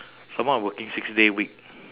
some more I'm working six day week